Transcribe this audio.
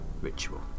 ritual